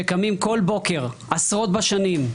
שקמים כל בוקר עשרות בשנים,